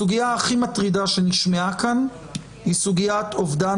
הסוגיה הכי מטרידה שנשמעה כאן היא סוגיית אובדן